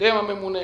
הקודם הממונה.